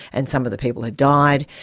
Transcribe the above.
and some of the people had died.